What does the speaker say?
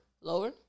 Lower